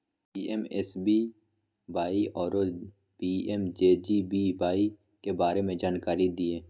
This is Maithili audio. पी.एम.एस.बी.वाई आरो पी.एम.जे.जे.बी.वाई के बारे मे जानकारी दिय?